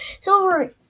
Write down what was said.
Silver